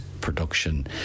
production